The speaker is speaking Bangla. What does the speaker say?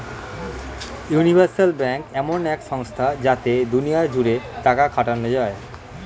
ইউনিভার্সাল ব্যাঙ্ক এমন এক সংস্থা যাতে দুনিয়া জুড়ে টাকা খাটানো যায়